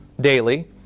daily